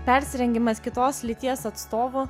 persirengimas kitos lyties atstovu